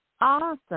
Awesome